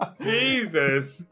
Jesus